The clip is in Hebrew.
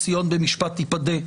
"ציון במשפט תפדה",